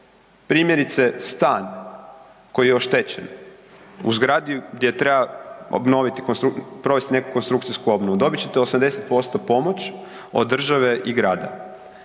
primjerice, stan koji je oštećen u zgradi gdje treba obnoviti konstru, provesti neku konstrukcijsku obnovu, dobit ćete 80% pomoć od države i grada.